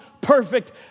perfect